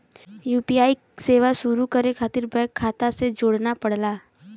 UPI सेवा शुरू करे खातिर बैंक खाता से जोड़ना पड़ला